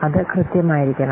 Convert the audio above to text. അത് കൃത്യമായിരിക്കണം